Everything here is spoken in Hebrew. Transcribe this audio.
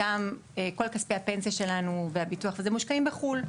למשל, כל הכספים שלנו מושקעים בחו"ל.